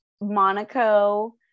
Monaco